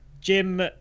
jim